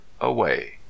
away